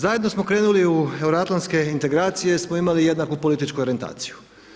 Zajedno smo krenuli u euroatlantske integracije jer smo imali jednaku političku orijentaciju.